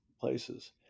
places